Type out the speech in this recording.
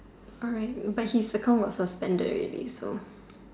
alright but his account was suspended already so